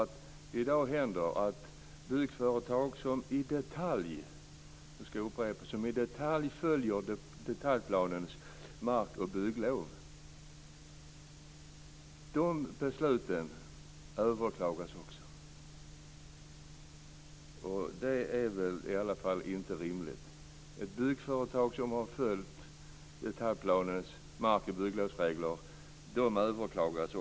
Det händer i dag att också beslut avseende byggföretag som till punkt och pricka - låt mig understryka det - följer detaljplanens mark och bygglov överklagas. Det är väl inte rimligt att också beslut beträffande byggföretag som har följt detaljplanens markoch bygglovsregler kan överklagas.